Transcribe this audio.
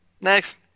next